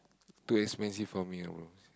too expensive for me ah bro